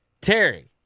Terry